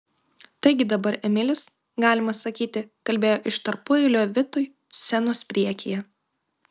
taigi dabar emilis galima sakyti kalbėjo iš tarpueilio vitui scenos priekyje